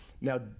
Now